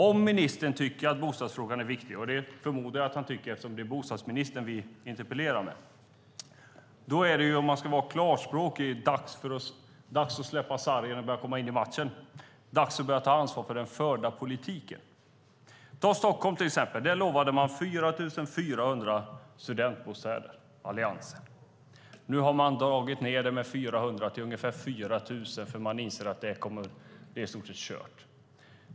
Om ministern tycker att bostadsfrågan är viktig, och det förmodar jag att han tycker eftersom han är bostadsminister, är det dags att släppa sargen och komma in i matchen. Det är dags att börja ta ansvar för den förda politiken. Vi kan ta Stockholm som exempel. Där lovade Alliansen 4 400 studentbostäder. Nu har man dragit ned det med ungefär 400 till 4 000, för man inser att det i stort sett är kört.